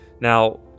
now